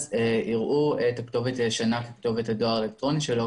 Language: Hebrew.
אז יראו את הכתובת הישנה כתובת הדואר האלקטרוני שלו.